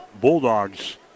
Bulldogs